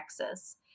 Texas